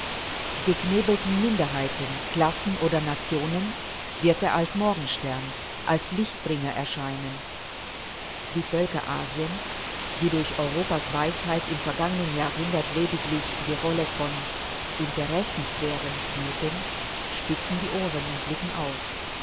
geknebelten minderheiten klassen oder nationen wird er als morgenstern als lichtbringer erscheinen die völker asiens die durch europas weisheit im vergangenen jahrhundert lediglich die rolle von interessensphären spielten spitzen die ohren und blicken auf